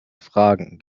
fragen